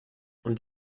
und